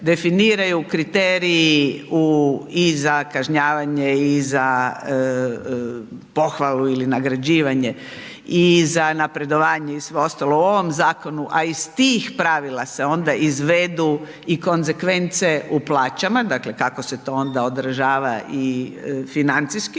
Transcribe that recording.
definiraju kriteriji u, i za kažnjavanje i za pohvalu ili nagrađivanje i za napredovanje i sve ostalo u ovom zakonu, a iz tih pravila se onda izvedu i konsekvence u plaćama, dakle kako se to onda odražava i financijski,